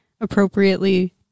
appropriately